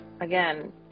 again